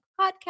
Podcast